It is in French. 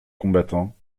combattants